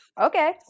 okay